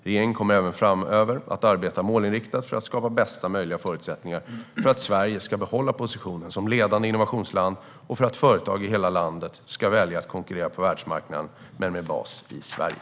Regeringen kommer även framöver att arbeta målinriktat för att skapa bästa möjliga förutsättningar för att Sverige ska behålla positionen som ledande innovationsland och för att företag i hela landet ska välja att konkurrera på världsmarknaden, men med bas i Sverige.